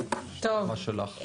הבמה שלך.